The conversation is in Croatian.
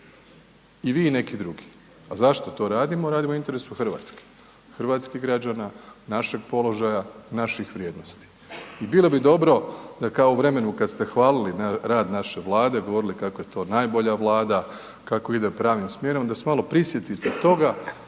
i vi i neki drugi. A zašto to radimo? Radimo u interesu RH, hrvatskih građana, našeg položaja, naših vrijednosti i bilo bi dobro da kao u vremenu kad ste hvalili rad naše Vlade, govorili kako je to najbolja Vlada, kako ide pravnim smjerom, da se malo prisjetite toga,